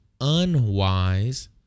unwise